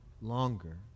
longer